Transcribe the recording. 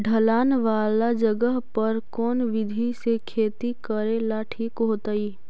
ढलान वाला जगह पर कौन विधी से खेती करेला ठिक होतइ?